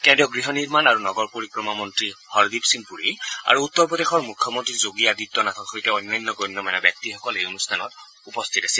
কেন্দ্ৰীয় গৃহ নিৰ্মাণ আৰু নগৰ পৰিক্ৰমা মন্নী হৰদীপ সিং পুৰী আৰু উত্তৰ প্ৰদেশৰ মুখ্যমন্নী যোগী আদিত্য নাথৰ সৈতে অন্যান্য গণ্য মান্য ব্যক্তিসকল এই অনুষ্ঠানত উপস্থিত আছিল